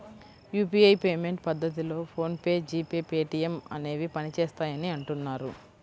UPI payment పద్ధతిలో PhonePe, G Pay, Paytm అనేవి పనిచేస్తాయని అంటున్నారు